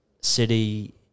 City